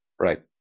Right